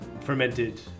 fermented